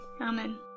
Amen